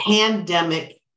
pandemic